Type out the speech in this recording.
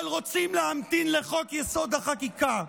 אבל רוצים להמתין לחוק-יסוד: החקיקה,